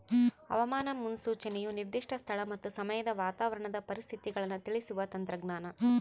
ಹವಾಮಾನ ಮುನ್ಸೂಚನೆಯು ನಿರ್ದಿಷ್ಟ ಸ್ಥಳ ಮತ್ತು ಸಮಯದ ವಾತಾವರಣದ ಪರಿಸ್ಥಿತಿಗಳನ್ನು ತಿಳಿಸುವ ತಂತ್ರಜ್ಞಾನ